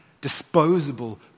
disposable